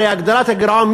הרי הגדלת הגירעון,